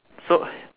so